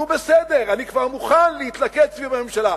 נו, בסדר, אני כבר מוכן להתלכד סביב הממשלה.